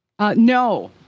No